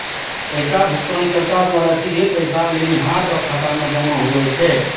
पैसा भुगतानकर्ता द्वारा सीधे पैसा लेनिहार रो खाता मे जमा हुवै छै